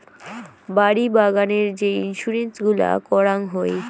বাড়ি বাগানের যে ইন্সুরেন্স গুলা করাং হই